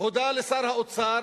הודה לשר האוצר